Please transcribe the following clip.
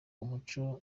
umuco